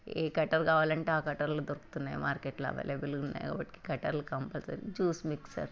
ఏ cutter కావాలంటే ఆ కట్టర్లు దొరుకుతున్నాయి మార్కెట్లో అవైలబులుగా ఉన్నాయి కాబట్టి కట్టరులు కొంపల్సరీ జ్యూస్ మిక్చర్